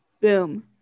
boom